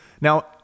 Now